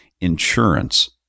insurance